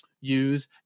use